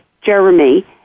Jeremy